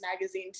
Magazine